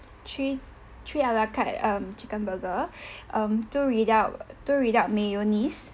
three three a la carte um chicken burger um two without two without mayonnaise